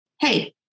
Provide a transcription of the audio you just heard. hey